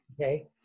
Okay